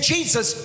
Jesus